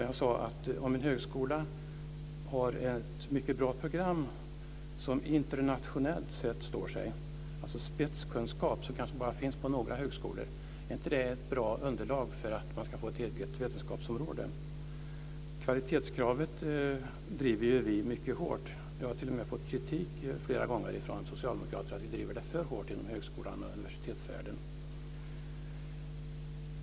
Jag sade att om en högskola har ett mycket bra program, som internationellt sett står sig, alltså spetskunskap som kanske bara finns på några högskolor, är det då inte ett bra underlag för att man ska få ett eget vetenskapsområde? Kvalitetskravet driver vi mycket hårt. Vi har t.o.m. fått kritik flera gånger från socialdemokrater att vi driver det för hårt inom högskolan och universitetsvärlden.